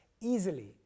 easily